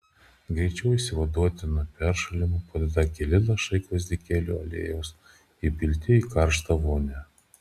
greičiau išsivaduoti nuo peršalimo padeda keli lašai gvazdikėlių aliejaus įpilti į karštą vonią